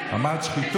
אמרתי?